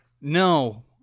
No